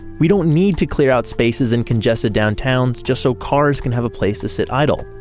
we don't need to clear out spaces in congested downtowns just so cars can have a place to sit idle.